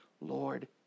Lord